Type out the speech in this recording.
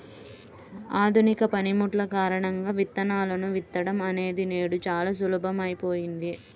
ఆధునిక పనిముట్లు కారణంగా విత్తనాలను విత్తడం అనేది నేడు చాలా సులభమైపోయింది